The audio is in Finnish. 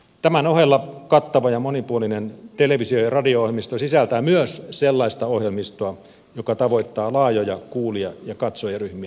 tämän ohella kattava ja monipuolinen televisio ja radio ohjelmisto sisältää myös sellaista ohjelmistoa joka tavoittaa laajoja kuulija ja katsojaryhmiä